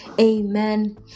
amen